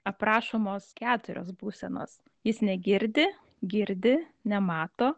aprašomos keturios būsenos jis negirdi girdi nemato